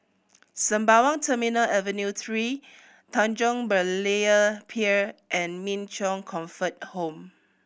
Sembawang Terminal Avenue Three Tanjong Berlayer Pier and Min Chong Comfort Home